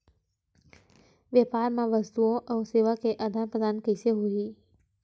व्यापार मा वस्तुओ अउ सेवा के आदान प्रदान कइसे होही?